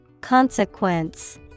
Consequence